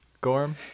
Gorm